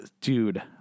dude